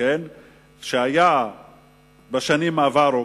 שהיה בשנים עברו,